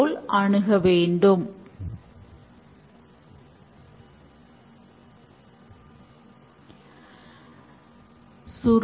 மேலும் அனைத்து பதவிகளுக்குள்ளும் ஒத்துழைப்பு செய்து வெளியிலிருந்து தலையீடு இல்லாமல் தவிர்க்கிறார்